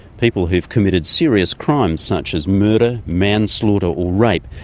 people who've committed serious crimes such as murder, manslaughter or rape,